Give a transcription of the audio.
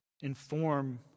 inform